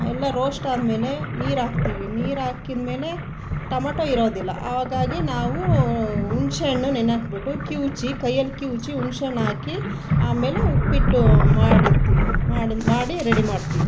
ಎಲ್ಲ ರೋಸ್ಟ್ ಆದ ಮೇಲೆ ನೀರು ಹಾಕ್ತೀವಿ ನೀರು ಹಾಕಿದ ಮೇಲೆ ಟೊಮಟೊ ಇರೋದಿಲ್ಲ ಹಾಗಾಗಿ ನಾವು ಹುಣಸೆಹಣ್ಣು ನೆನೆಹಾಕಿಬಿಟ್ಟು ಕಿವುಚಿ ಕೈಯಲ್ಲಿ ಕಿವುಚಿ ಹುಣಸೆಹಣ್ಣು ಹಾಕಿ ಆಮೇಲೆ ಉಪ್ಪಿಟ್ಟು ಮಾಡಿರ್ತೀವಿ ಮಾಡಿ ಮಾಡಿ ರೆಡಿ ಮಾಡ್ತೀವಿ